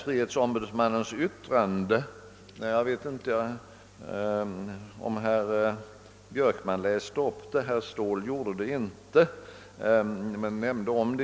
Jag vet inte om herr Björkman här återgav näringsfrihetsombudsmannens yttrande, herr Ståhl omnämnde det bara.